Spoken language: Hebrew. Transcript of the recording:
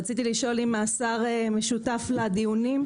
רציתי לשאול אם השר משותף לדיונים?